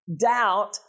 Doubt